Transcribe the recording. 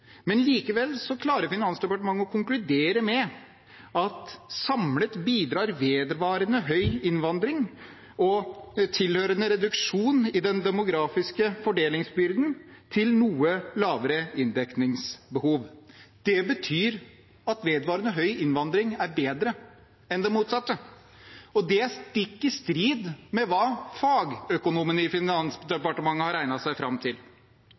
men likevel klarer Finansdepartementet å konkludere med at samlet bidrar vedvarende høy innvandring og tilhørende reduksjon i den demografiske fordelingsbyrden til noe lavere inndekningsbehov. Det betyr at vedvarende høy innvandring er bedre enn det motsatte, stikk i strid med hva fagøkonomene i Finansdepartementet har regnet seg fram til.